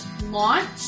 launch